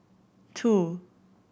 two